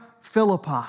Philippi